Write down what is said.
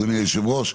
אדוני יושב הראש,